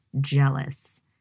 jealous